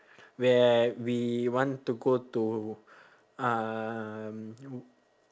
where we want to go to um